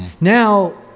Now